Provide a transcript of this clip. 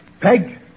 Peg